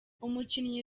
umukinnyi